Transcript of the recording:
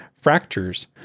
fractures